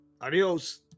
Adios